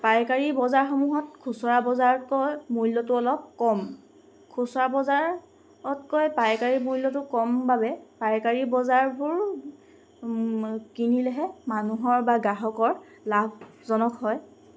পাইকাৰী বজাৰসমূহত খুচুৰা বজাৰতকৈ মূল্যটো অলপ কম খুচুৰা বজাৰতকৈ পাইকাৰী মূল্যটো কম বাবে পাইকাৰী বজাৰবোৰ কিনিলেহে মানুহৰ বা গ্ৰাহকৰ লাভজনক হয়